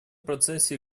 процессе